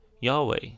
Yahweh